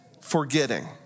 forgetting